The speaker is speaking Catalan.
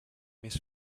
més